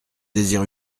désire